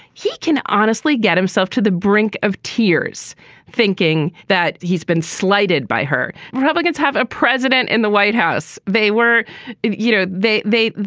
he can honestly get himself to the brink of tears thinking that he's been slighted by her. republicans have a president in the white house. they were you know, they they